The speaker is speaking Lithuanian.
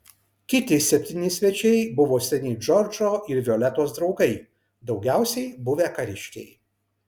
kiti septyni svečiai buvo seni džordžo ir violetos draugai daugiausiai buvę kariškiai